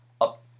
up